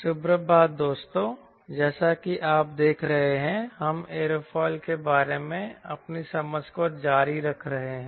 सुप्रभात दोस्तों जैसा कि आप देख रहे हैं कि हम एयरोफिल के बारे में अपनी समझ को जारी रख रहे हैं